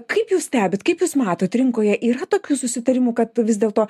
kaip jūs stebit kaip jūs matot rinkoje yra tokių susitarimų kad vis dėlto